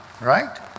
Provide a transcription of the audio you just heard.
right